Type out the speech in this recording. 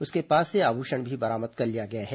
उसके पास से आभूषण भी बरामद कर लिया गया है